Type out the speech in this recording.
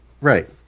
right